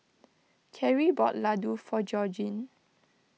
Keri bought Laddu for Georgine